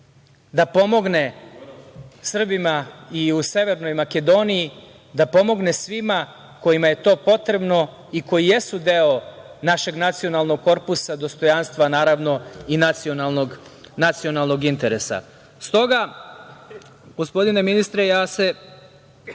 da pomogne Srbima i u Severnoj Makedoniji, da pomogne svima onima kojima je to potrebno i koji jesu deo našeg nacionalnog korpusa, dostojanstva naravno i nacionalnog interesa. Stoga, gospodine ministre ja jedino